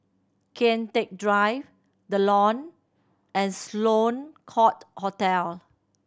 Kian Teck Drive The Lawn and Sloane Court Hotel